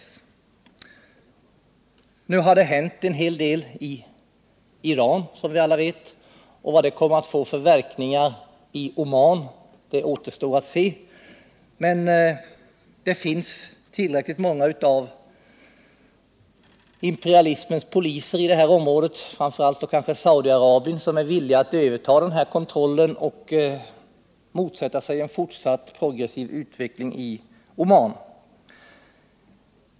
Nu har det, som vi alla vet, hänt en hel del i Iran. Vilka verkningar det kommer att få i Oman återstår att se, men det finns tillräckligt många av imperialismens poliser i detta område, framför allt då kanske från Saudiarabien, vilka är villiga att överta kontrollen och motsätta sig en fortsatt progressiv utveckling i Oman.